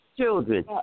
children